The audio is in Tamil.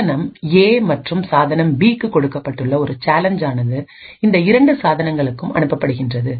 சாதனம் ஏ மற்றும் சாதனம் பிக்கு கொடுக்கப்பட்டுள்ள ஒரு சேலஞ்ச் ஆனது இந்த இரண்டு சாதனங்களுக்கும் அனுப்பப்படுகின்றது